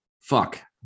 fuck